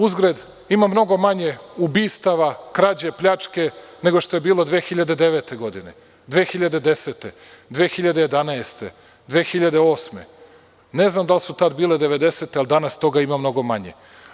Uzgred, ima mnogo manje ubistava, krađe, pljačke, nego što je bilo 2009. godine, 2010, 2011, 2008. godine i ne znam da li su tada bile devedesete, danas toga ima mnogo manje.